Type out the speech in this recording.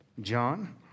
John